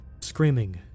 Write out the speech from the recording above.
screaming